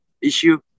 issue